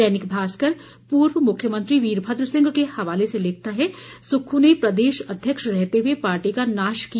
दैनिक भास्कर पूर्व मुख्यमंत्री वीरभद्र सिंह के हवाले से लिखता है सुक्खू ने प्रदेशाध्यक्ष रहते हए पार्टी का नाश किया